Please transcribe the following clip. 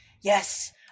yes